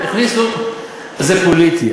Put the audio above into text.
זה פוליטי.